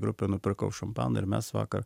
grupei nupirkau šampano ir mes vakar